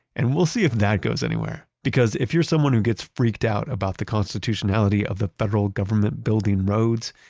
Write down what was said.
and we'll see if that goes anywhere. because if you're someone who gets freaked out about the constitutionality of the federal government building roads,